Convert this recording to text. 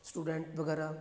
student ਵਗੈਰਾ